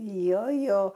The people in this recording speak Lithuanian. jo jo